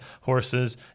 horses